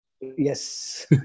Yes